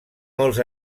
molts